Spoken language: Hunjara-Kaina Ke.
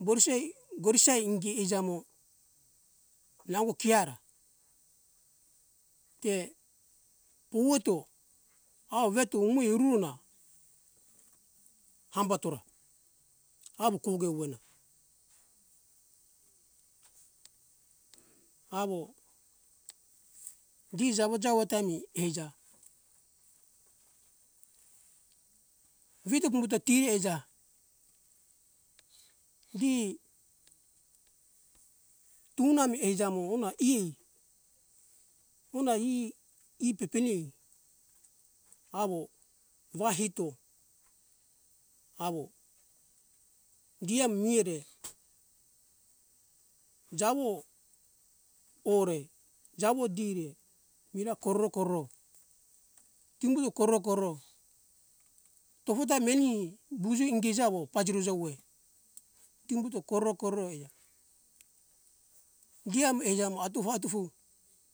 godisae godisae ingi eija mo nango keara te pouweto awo veto umo eruru eona hambatona awo koge uwena awo gi jawo jawo tami eija vito pambuto tiri eija di tuna mi eija mo una e puna e e pepenei awo wa hito awo gi amire jawo ore jawo di re mira koro koro timbue koro koro tofo ta meni buju ingiza wo pajuruja woi timbuto koro koro ea gi amo eija mo atufu atufu